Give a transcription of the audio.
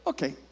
Okay